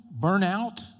burnout